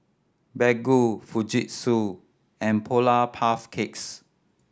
Baggu Fujitsu and Polar Puff Cakes